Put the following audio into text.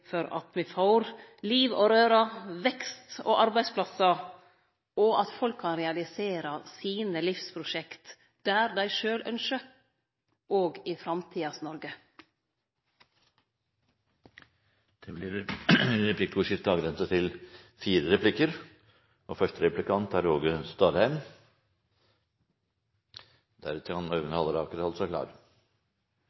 for at me får liv og røre, vekst og arbeidsplassar, slik at folk kan realisere sine livsprosjekt der dei sjølve ynskjer, i framtidas Noreg. Det blir replikkordskifte.